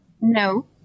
No